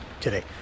today